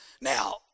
now